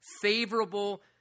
favorable